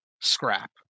scrap